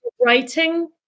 writing